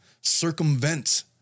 circumvent